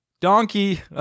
donkey